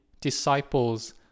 disciples